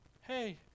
Hey